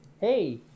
Hey